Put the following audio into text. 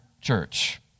church